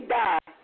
die